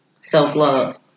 self-love